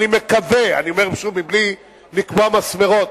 אני מקווה, בלי לקבוע מסמרות,